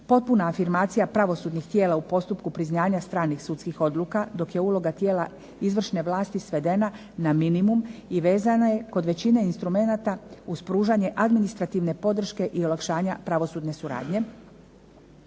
potpuna afirmacija pravosudnih tijela u postupku priznanja stranih sudskih odluka dok je uloga tijela izvršne vlasti svedena na minimum i vezana je kod većine instrumenata uz pružanje administrativne podrške i olakšanja pravosudne suradnje.